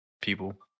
people